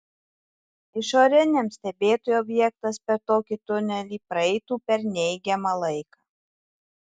išoriniam stebėtojui objektas per tokį tunelį praeitų per neigiamą laiką